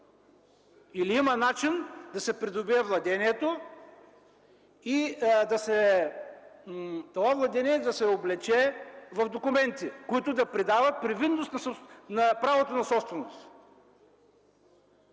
Или има начин да се придобие владението и това владение да се облече в документи, които да придават привидност на правото на собственост?